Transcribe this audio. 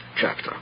chapter